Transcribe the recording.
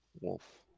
Wolf